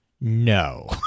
no